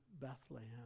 Bethlehem